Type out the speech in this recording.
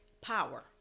power